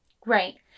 great